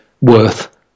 worth